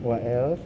what else